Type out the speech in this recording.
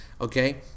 okay